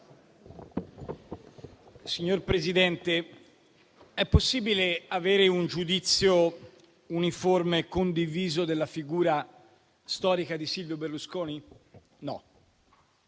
Signor Presidente, non è possibile avere un giudizio uniforme e condiviso della figura storica di Silvio Berlusconi.